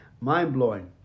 Mind-blowing